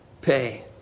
pay